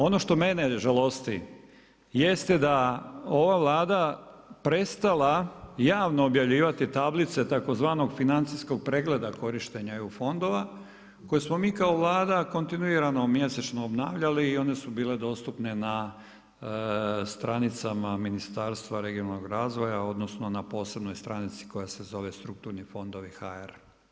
Ono što mene žalosti jeste da ova Vlada prestala javno objavljivati tablice tzv. financijskog pregleda korištenja EU fondova, koje smo mi kao Vlada kontinuirano, mjesečno obnavljali i one su bile dostupne na stranicama Ministarstva regionalnog razvoja, odnosno na posebnoj stranici koja se zove strukturnifondovi.hr.